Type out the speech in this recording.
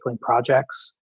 projects